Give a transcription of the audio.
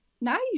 nice